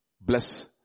bless